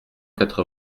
quatre